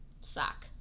suck